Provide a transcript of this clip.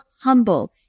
humble